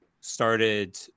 started